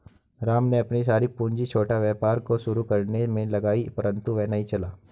राम ने अपनी सारी पूंजी छोटा व्यापार को शुरू करने मे लगाई परन्तु वह नहीं चला